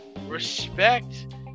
respect